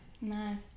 Nice